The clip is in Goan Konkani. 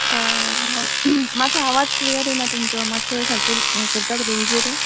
मातसो आवाज क्लियर येना तुमचो मातसो सारको उल हें करतात रेंजीर